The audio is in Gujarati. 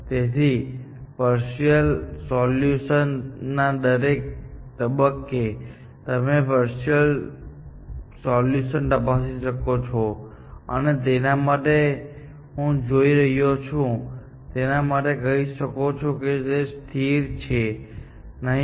તેથી પર્શ્યલ સોલ્યૂશનના દરેક તબક્કે તમે પર્શ્યલ સોલ્યૂશન તપાસી શકો છો અને જેના માટે હું જોઈ રહ્યો છું તેના માટે કહી શકો છો કે તે સ્થિર છે કે નહીં